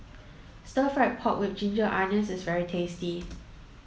stir fry pork with ginger onions is very tasty